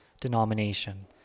denomination